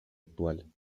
actual